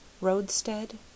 Roadstead